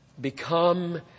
Become